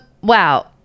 Wow